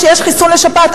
כשיש חיסון לשפעת,